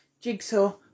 jigsaw